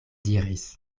diris